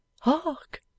Hark